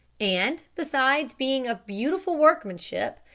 and, besides being of beautiful workmanship,